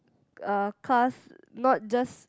uh cars not just